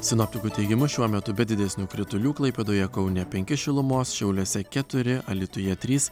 sinoptikų teigimu šiuo metu be didesnių kritulių klaipėdoje kaune penki šilumos šiauliuose keturi alytuje trys